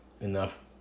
enough